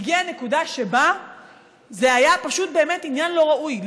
הגיעה הנקודה שבה זה היה פשוט עניין לא ראוי.